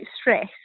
stress